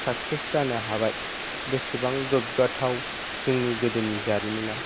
success जानो हाबाय बेसेबां गोग्गाथाव जोंनि गोदोनि जारिमिना